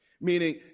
Meaning